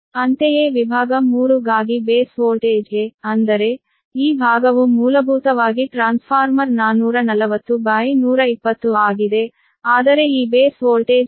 ಅಂತೆಯೇ ವಿಭಾಗ 3 ಗಾಗಿ ಬೇಸ್ ವೋಲ್ಟೇಜ್ಗೆ ಅಂದರೆ ಈ ಭಾಗವು ಮೂಲಭೂತವಾಗಿ ಟ್ರಾನ್ಸ್ಫಾರ್ಮರ್ 440120 ಆಗಿದೆ ಆದರೆ ಈ ಬೇಸ್ ವೋಲ್ಟೇಜ್ 433 ಆಗಿದೆ